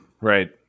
Right